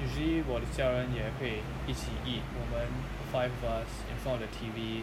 usually 我的家人也可以一起 eat 我们 five of us in front of the T_V